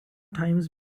times